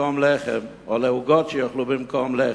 או לעוגות במקום לחם.